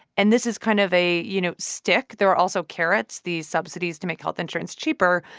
and this is kind of a, you know, stick. there are also carrots these subsidies to make health insurance cheaper.